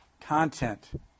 content